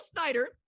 Snyder